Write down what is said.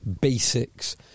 basics